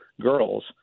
girls